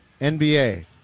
NBA